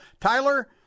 Tyler